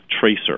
Tracer